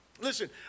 Listen